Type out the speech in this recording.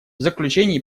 заключение